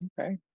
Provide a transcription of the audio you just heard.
Okay